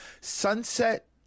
Sunset